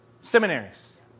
Seminaries